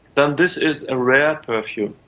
then this is a rare perfume.